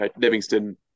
Livingston